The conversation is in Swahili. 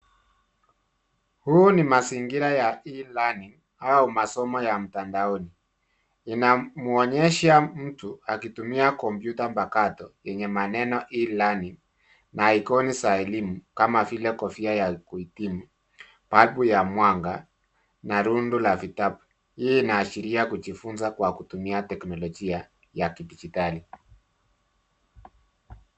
Huu ni mazingira ya E-LEARNING au masomo ya mtandaoni. Inamwonyesha mtu akitumia kompyuta mpakato, yenye maneno E-LEARNING na aikoni za elimu, kama vile kofia ya kuhitimu, balbu ya mwanga na rundo la vitabu. Hii inaashiria kujifunza kwa kutumia teknolojia ya kidigitali.